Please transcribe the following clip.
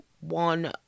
one